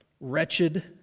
wretched